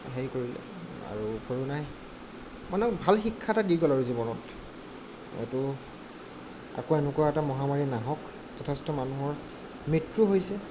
হেৰি কৰিলে আৰু কৰোণাই মানে ভাল শিক্ষা এটা দি গ'ল আৰু জীৱনত এইটো আকৌ এনেকুৱা এটা মহামাৰী নাহক যথেষ্ট মানুহৰ মৃত্যু হৈছে